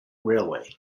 railway